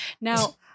Now